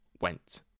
went